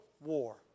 war